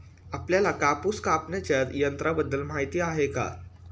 आपल्याला कापूस कापण्याच्या यंत्राबद्दल माहीती आहे का?